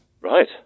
Right